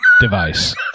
device